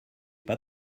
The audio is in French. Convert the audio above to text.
pas